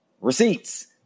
receipts